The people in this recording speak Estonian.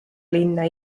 linna